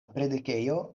predikejo